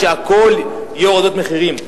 שהכול יהיה הורדת מחירים,